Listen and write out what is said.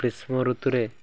ଗ୍ରୀଷ୍ମ ଋତୁରେ